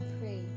pray